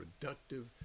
productive